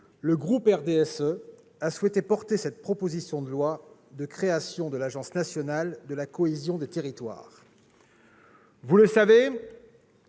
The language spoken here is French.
le groupe du RDSE a souhaité porter cette proposition de loi de création de l'agence nationale de la cohésion des territoires. Vous le savez,